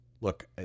look